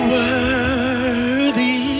worthy